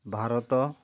Bharat